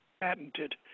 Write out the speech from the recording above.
patented